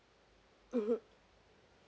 mmhmm